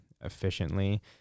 efficiently